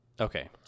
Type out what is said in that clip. Okay